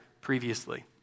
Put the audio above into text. previously